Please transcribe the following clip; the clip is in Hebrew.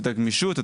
את הגמישות,